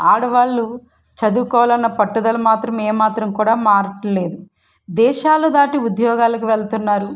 ఆడవాళ్ళు చదువుకోవాలన్న పట్టుదల మాత్రం ఏమాత్రం కూడా మారట్లేదు దేశాలు దాటి ఉద్యోగాలకు వెళ్తున్నారు